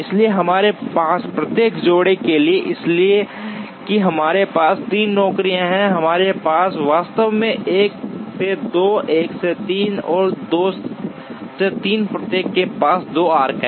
इसलिए हमारे पास प्रत्येक जोड़ी के लिए इसलिए कि हमारे पास 3 नौकरियां हैं हमारे पास वास्तव में 1 से 2 1 से 3 और 2 से 3 प्रत्येक के पास 2 आर्क्स हैं